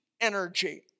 energy